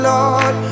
Lord